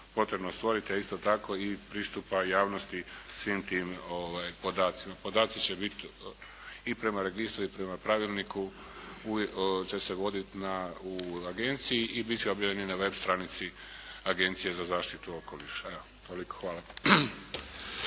potrebno stvoriti, a isto tako i pristupa javnosti svim tim podacima. Podaci će biti i prema registru i prema pravilniku će se voditi u agenciji i biti će objavljeni na web stranici Agencije za zaštitu okoliša. Evo, toliko. Hvala.